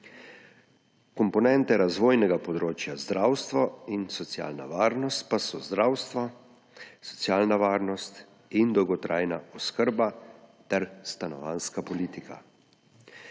Komponente razvojnega področja zdravstva in socialna varnost pa so zdravstvo, socialna varnost in dolgotrajna oskrba ter stanovanjska politika.